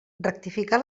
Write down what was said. rectificar